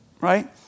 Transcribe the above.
right